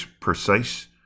precise